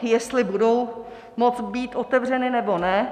Jestli budou moct být otevřeny, nebo ne.